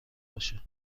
باشه